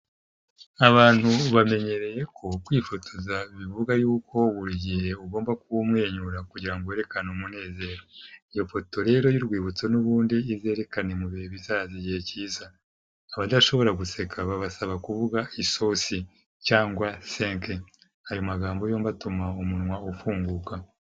Abantu bamenyereye ko kwifotoza bivuga yuko buri gihe ugomba kuba umwenyura kugira ngo werekane umunezero, iyo foto rero y'urwibutso n'ubundi izerekane mubihe bizaza igihe kiza abadashobora guseka babasaba kuvuga isosi cyangwa senke, ayo magambo yombi atuma umunwa ufunguka.